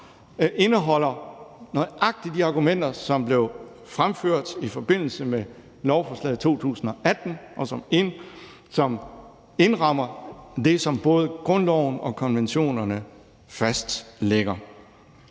indeholder nøjagtig de argumenter, som blev fremført i forbindelse med lovforslaget i 2018, og som indrammer det, som både grundloven og konventionerne fastlægger.